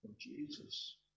Jesus